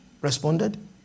responded